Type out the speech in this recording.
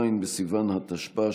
ז' בסיוון התשפ"א,